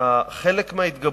חלק מההתגברות,